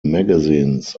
magazines